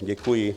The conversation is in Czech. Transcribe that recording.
Děkuji.